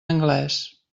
anglès